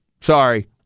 sorry